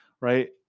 right